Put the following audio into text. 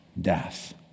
death